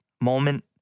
moment